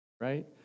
right